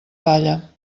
palla